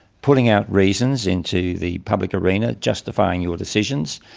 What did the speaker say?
putting out reasons into the public arena, justifying your decisions,